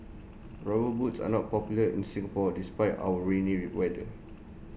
rubber boots are not popular in Singapore despite our rainy weather